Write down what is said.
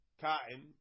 cotton